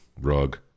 rug